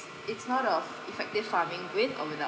it's not of effective farming with or without